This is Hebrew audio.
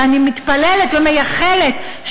ואני מתפללת ומייחלת,